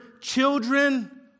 children